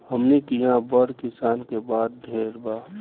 हमनी किहा बड़ किसान के बात ढेर बा